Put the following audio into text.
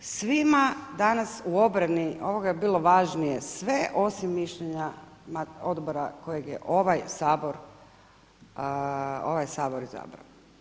Svima danas u obrani ovoga je bilo važnije sve osim mišljenja odbora kojeg je ovaj Sabor izabrao.